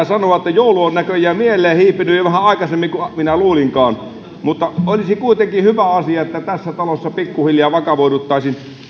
sanoa että joulu on näköjään mieleen hiipinyt jo vähän aikaisemmin kuin minä luulinkaan mutta olisi kuitenkin hyvä asia että tässä talossa pikkuhiljaa vakavoiduttaisiin